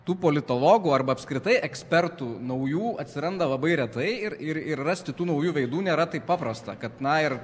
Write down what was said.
tu politologų arba apskritai ekspertų naujų atsiranda labai retai ir ir ir rasti tų naujų veidų nėra taip paprasta kad na ir